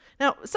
Now